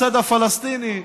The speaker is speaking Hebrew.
הצד הפלסטיני,